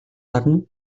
харна